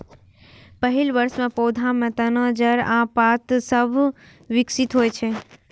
पहिल वर्ष मे पौधा मे तना, जड़ आ पात सभ विकसित होइ छै